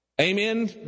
Amen